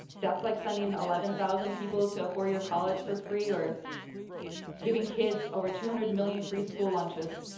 that's like sending eleven thousand people to a four-year college for free, or giving kids over two hundred million free school lunches.